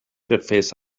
griffiths